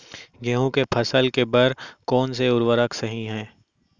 गेहूँ के फसल के बर कोन से उर्वरक सही है?